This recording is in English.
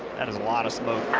that is a lot of smoke.